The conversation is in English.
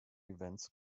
events